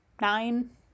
nine